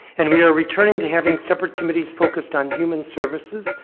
and we are returning to having separate committees focused on human services,